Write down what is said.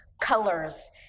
colors